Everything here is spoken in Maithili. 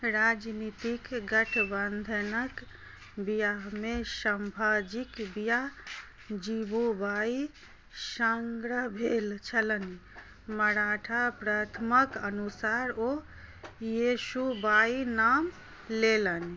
राजनीतिक गठबन्धनक बिआहमे सम्भाजीक बिआह जीवुबाइ सङ्ग रऽ भेल छलनि मराठा प्रथमक अनुसार ओ येसुबाइ नाम लेलनि